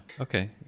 okay